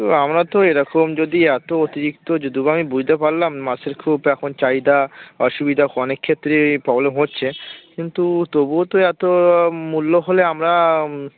ও আমরা তো এরকম যদি এতো অতিরিক্ত যদুবা আমি বুঝতে পারলাম মাছের খুব এখন চাহিদা অসুবিধা অনেক ক্ষেত্রে এ প্রবলেম হচ্ছে কিন্তু তবুও তো এতো মূল্য হলে আমরা